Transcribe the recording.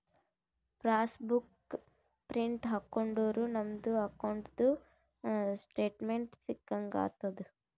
pass book print ಹಾಕೊಂಡುರ್ ನಮ್ದು ಅಕೌಂಟ್ದು ಸ್ಟೇಟ್ಮೆಂಟ್ ಸಿಕ್ಕಂಗ್ ಆತುದ್